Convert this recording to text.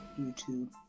YouTube